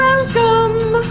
Welcome